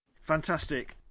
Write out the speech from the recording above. fantastic